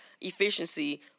efficiency